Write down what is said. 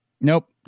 Nope